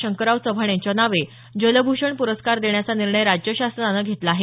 शंकरराव चव्हाण यांच्या नावे जलभूषण प्रस्कार देण्याचा निर्णय राज्य शासनानं घेतला आहे